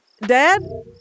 Dad